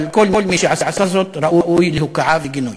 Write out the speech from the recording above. אבל כל מי שעשה זאת ראוי להוקעה וגינוי.